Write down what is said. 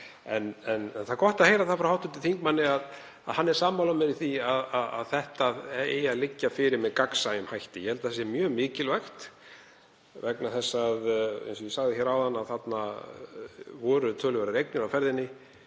En það er gott að heyra frá hv. þingmanni að hann er sammála mér í því að þetta eigi að liggja fyrir með gagnsæjum hætti. Ég held að það sé mjög mikilvægt vegna þess, eins og ég sagði hér áðan, að þarna voru töluverðar eignir á ferðinni,